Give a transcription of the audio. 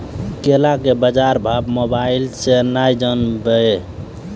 केला के बाजार भाव मोबाइल से के ना जान ब?